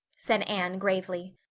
said anne gravely.